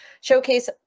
showcase